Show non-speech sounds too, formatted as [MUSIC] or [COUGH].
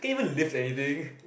can you even lift anything [BREATH]